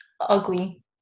ugly